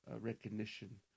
recognition